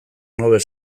nobel